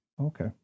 Okay